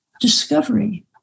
discovery